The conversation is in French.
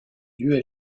duel